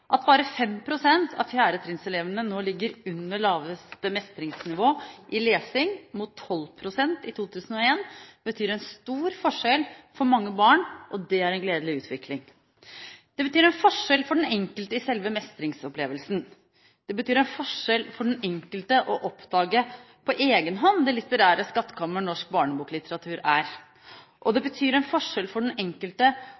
At bare 5 pst. av fjerdetrinnselevene nå ligger under laveste mestringsnivå i lesing, mot 12 pst. i 2001, betyr en stor forskjell for mange barn, og det er en gledelig utvikling. Det betyr en forskjell for den enkelte i selve mestringsopplevelsen. Det betyr en forskjell for den enkelte å oppdage på egen hånd det litterære skattkammer norsk barneboklitteratur er.